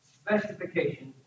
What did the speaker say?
specifications